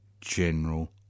general